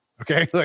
Okay